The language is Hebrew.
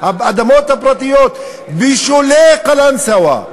האדמות הפרטיות בשולי קלנסואה,